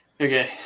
Okay